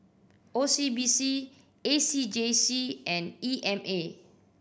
O C B C A C J C and E M A